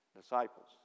Disciples